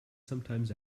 sometimes